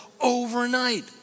overnight